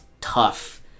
tough